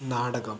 നാടകം